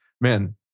man